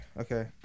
Okay